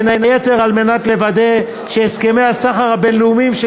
בין היתר על מנת לוודא שהסכמי הסחר הבין-לאומיים של